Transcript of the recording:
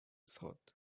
thought